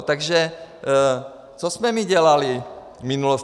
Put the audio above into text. Takže co jsme my dělali v minulosti?